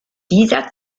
dieser